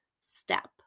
step